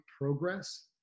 progress